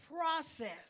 process